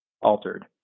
altered